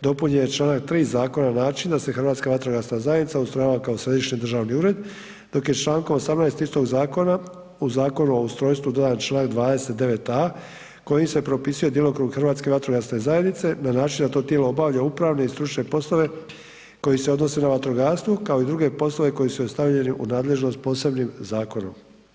dopunjen je članak 3. zakona na način da se Hrvatska vatrogasna zajednica ustrojava kao središnji državni ured, dok je člankom 18. istog zakona u Zakonu o ustrojstvu dodan članak 29.a kojim se potvrđuje djelokrug Hrvatske vatrogasne zajednice na način da to tijelo obavlja upravne i stručne poslove koje se odnose na vatrogastvo kao i druge poslove koji su joj stavljeni u nadležnost posebnim zakonom.